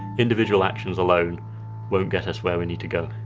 individual actions alone won't get us where we need to go.